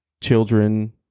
children